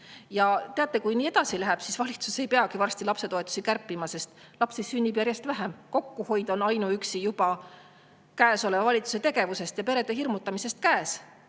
Teate, kui nii edasi läheb, siis valitsus ei peagi varsti lapsetoetusi kärpima, sest lapsi sünnib järjest vähem. Kokkuhoid on ainuüksi juba käesoleva valitsuse tegevuse ja perede hirmutamise